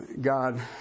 God